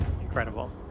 Incredible